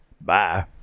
Bye